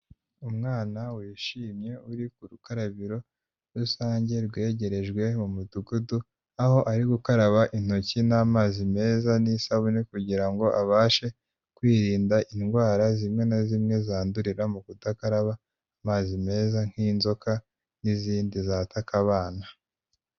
Umwana wishimye uri ku rukarabiro rusange rwegerejwe umudugudu, aho ari gukaraba intoki n'amazi meza n'isabune kugira ngo abashe kwirinda indwara zimwe na zimwe zandurira mu kudakaraba amazi meza nk'inzoka n'izindi zataka abana.